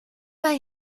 waren